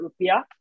rupiah